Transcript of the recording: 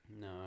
no